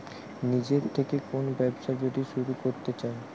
নিজের থেকে কোন ব্যবসা যদি শুরু করতে চাই